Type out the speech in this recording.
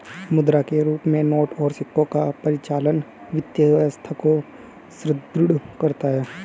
मुद्रा के रूप में नोट और सिक्कों का परिचालन वित्तीय व्यवस्था को सुदृढ़ करता है